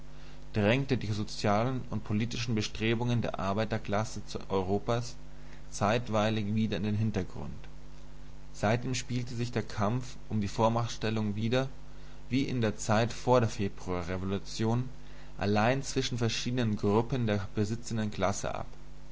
drängte die sozialen und politischen bestrebungen der arbeiterklasse europas zeitweilig wieder in den hintergrund seitdem spielte sich der kampf um die vormachtstellung wieder wie in der zeit vor der februarrevolution allein zwischen verschiedenen gruppen der besitzenden klasse ab